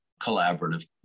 collaborative